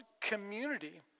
community